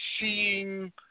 seeing